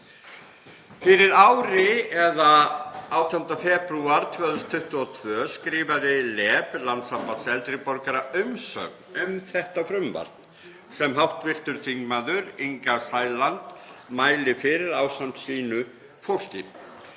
Fyrir ári eða 18. febrúar 2022 skrifaði LEB, Landssamband eldri borgara, umsögn um þetta frumvarp sem hv. þm. Inga Sæland mælir fyrir ásamt sínu fólki.